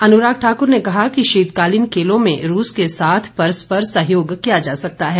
अनुराग ठाक्र ने कहा कि शीतकालीन खेलों में रूस के परस्पर सहयोग किया जा सकता है